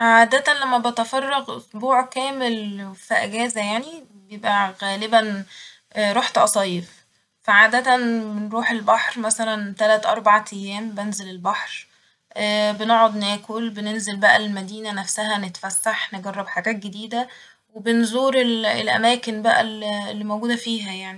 عادة لما بتفرغ أسبوع كامل ف أجازة يعني بيبقى غالبا رحت أصيف فعادة بنروح البحر، مثلا تلت أربع تيام بنزل البحر بنقعد ناكل بننزل بقى المدينة نفسها نتفسح نجرب حاجات جديدة ، و بنزور الأماكن بقى اللي موجودة فيها يعني